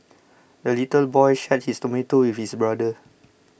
the little boy shared his tomato with his brother